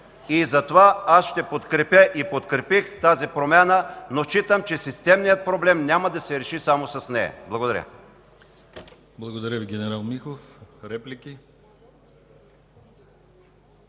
Затова аз ще подкрепя и подкрепих тази промяна, но считам, че системният проблем няма да се реши само с нея. Благодаря.